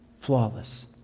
flawless